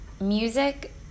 music